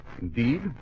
Indeed